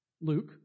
Luke